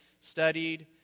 studied